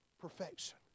Perfection